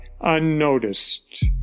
unnoticed